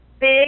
big